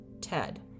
Ted